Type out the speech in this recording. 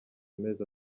amezi